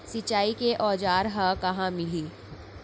सिंचाई के औज़ार हा कहाँ मिलही?